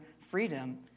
freedom